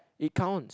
it counts